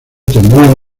tendrían